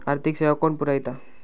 आर्थिक सेवा कोण पुरयता?